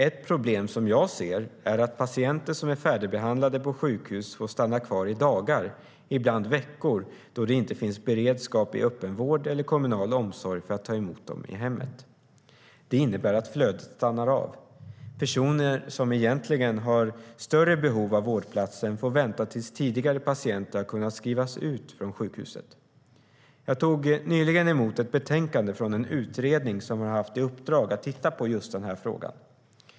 Ett problem som jag ser är att patienter som är färdigbehandlade på sjukhus får stanna kvar i dagar, ibland veckor, då det inte finns beredskap i öppenvård eller kommunal omsorg för att ta emot dem i hemmet. Det innebär att flödet stannar av och att personer som egentligen har större behov av vårdplatsen får vänta tills tidigare patienter kunnat skrivas ut från sjukhuset. Jag tog nyligen emot ett betänkande från en utredning som har haft i uppdrag att titta på just den här frågan.